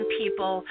people